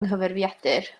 nghyfrifiadur